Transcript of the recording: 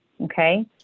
okay